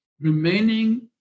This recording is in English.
remaining